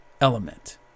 element